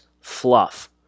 fluff